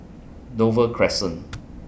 Dover Crescent